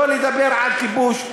לא לדבר על כיבוש?